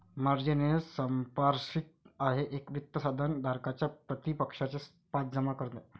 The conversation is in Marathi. मार्जिन हे सांपार्श्विक आहे एक वित्त साधन धारकाच्या प्रतिपक्षाचे पास जमा करणे